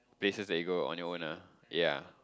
places that you go on your own ah ya